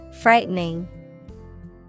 Frightening